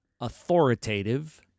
authoritative